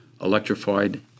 electrified